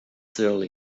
sincerely